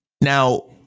Now